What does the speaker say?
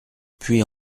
puy